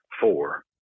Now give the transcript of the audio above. four